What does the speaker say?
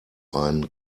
einen